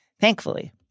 thankfully